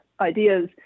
ideas